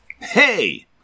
Hey